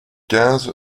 quinze